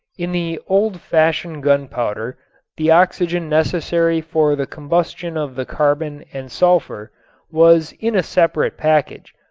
in the old-fashioned gunpowder the oxygen necessary for the combustion of the carbon and sulfur was in a separate package,